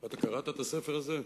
אתה קראת את הספר הזה?